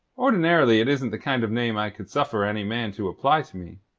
ordinarily it isn't the kind of name i could suffer any man to apply to me.